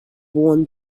worn